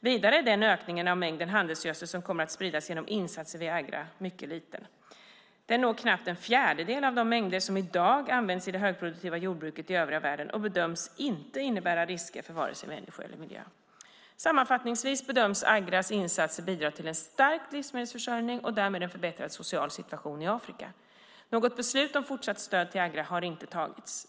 Vidare är den ökning av mängden handelsgödsel som kommer att spridas genom insatser via Agra mycket liten. Den når knappt en fjärdedel av de mängder som i dag används i det högproduktiva jordbruket i övriga världen och bedöms inte innebära risker för vare sig människor eller miljö. Sammanfattningsvis bedöms Agras insatser bidra till en stärkt livsmedelsförsörjning och därmed en förbättrad social situation i Afrika. Något beslut om fortsatt stöd till Agra har inte tagits.